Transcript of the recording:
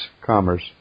Commerce